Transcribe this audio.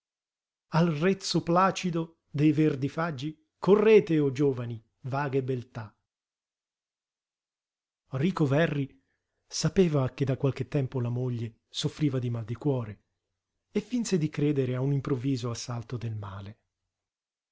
lei al rezzo placido dei verdi faggi correte o giovani vaghe beltà rico verri sapeva che da qualche tempo la moglie soffriva di mal di cuore e finse di credere a un improvviso assalto del male